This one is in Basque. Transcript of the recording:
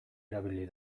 erabili